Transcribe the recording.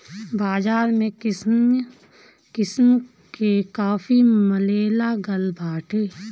बाज़ार में किसिम किसिम के काफी मिलेलागल बाटे